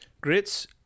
Grits